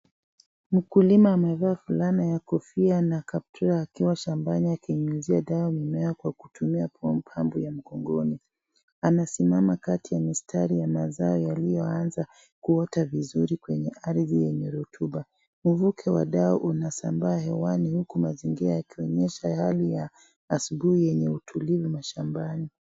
Mkulima amevaa fulana ya kofia na kaptura akiwa shambani akinyunyuzia dawa shambani kwa mimea kutumia pampu ya mgongoni , anasimama kati ya mistari ya mazao yaliyoanza kuota vizuri kwenye ardhi yenye rutuba . Mvuke wa dawa unasambaa hewani huku mazingira yakionyesha hali ya asubuhi yenye utulivu shambani.